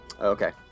Okay